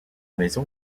maison